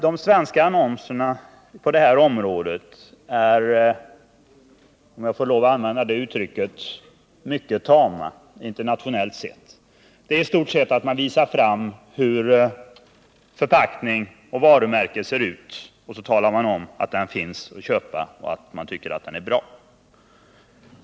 De svenska annonserna på det här området är — om jag får lov att använda det uttrycket — mycket tama internationellt sett. I stort sett visar man fram hur förpackning och varumärke ser ut och talar om att varan finns att köpa och att man tycker den är bra.